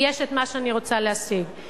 יש מה שאני רוצה להשיג,